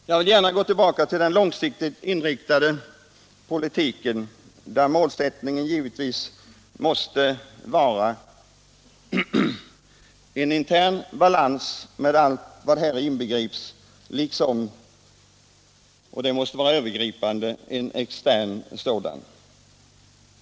Jag vill gärna gå tillbaka till den långsiktigt inriktade politiken, där målsättningen givetvis måste vara en intern balans med allt vad här inbegripes, liksom — och det måste vara övergripande — en extern balans.